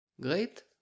Great